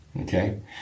okay